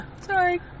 Sorry